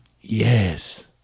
Yes